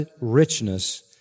richness